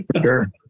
Sure